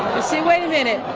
see, wait a minute.